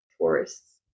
tourists